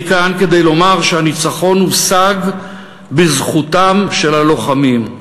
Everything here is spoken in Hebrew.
אני כאן כדי לומר שהניצחון הושג בזכותם של הלוחמים.